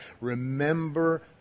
remember